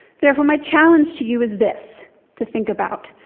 therefore my challenge to you is this to think about,